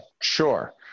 Sure